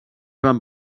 van